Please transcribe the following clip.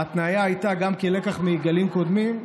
ההתניה הייתה, גם כלקח מגלים קודמים,